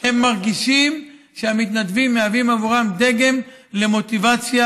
הם מרגישים שהמתנדבים מהווים עבורם דגם למוטיבציה,